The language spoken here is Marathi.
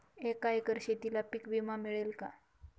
एका एकर शेतीला पीक विमा मिळेल का?